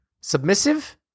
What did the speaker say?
Submissive